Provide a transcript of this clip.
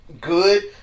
good